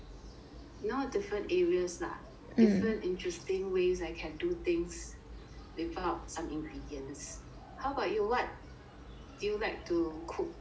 not different areas lah different interesting ways I can do things without some ingredients how about you what do you like to cook